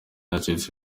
nacitse